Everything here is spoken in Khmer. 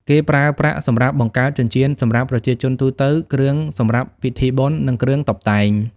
គេប្រើប្រាក់សម្រាប់បង្កើតចិញ្ចៀនសម្រាប់ប្រជាជនទូទៅ គ្រឿងសម្រាប់ពិធីបុណ្យ និងគ្រឿងតុបតែង។